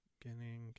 beginning